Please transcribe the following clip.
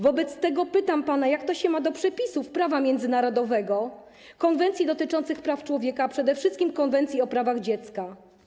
Wobec tego pytam pana, jak to się ma do przepisów prawa międzynarodowego, konwencji dotyczących praw człowieka, a przede wszystkim Konwencji o prawach dziecka.